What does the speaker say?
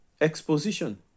Exposition